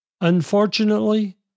Unfortunately